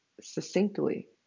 succinctly